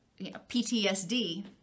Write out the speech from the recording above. PTSD